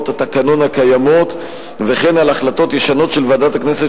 התקנון הקיימות וכן על החלטות ישנות של ועדת הכנסת